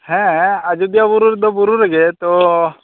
ᱦᱮᱸ ᱟᱡᱚᱫᱤᱭᱟᱹ ᱵᱩᱨᱩ ᱨᱮᱫᱚ ᱵᱩᱨᱩ ᱨᱮᱜᱮ ᱛᱚ